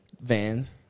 Vans